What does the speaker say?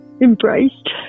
embraced